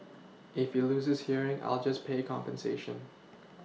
if he loses hearing I'll just pay compensation